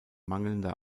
mangelnder